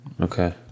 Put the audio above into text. Okay